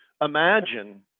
imagine